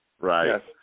Right